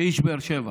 כאיש באר שבע,